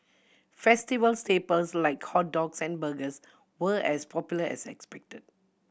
festival staples like hot dogs and burgers were as popular as expected